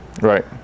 Right